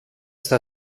στα